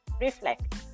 reflect